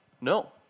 No